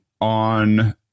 on